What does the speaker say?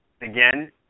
again